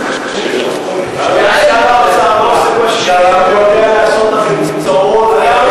הוא יודע לעשות לכם צרות כאלה,